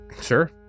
Sure